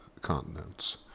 continents